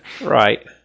Right